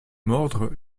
mordre